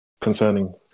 concerning